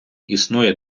існує